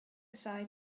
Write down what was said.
sai